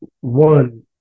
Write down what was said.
One